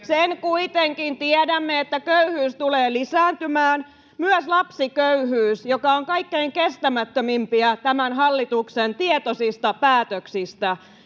Sen kuitenkin tiedämme, että köyhyys tulee lisääntymään, myös lapsiköyhyys, joka on kaikkein kestämättömimpiä tämän hallituksen tietoisista päätöksistä.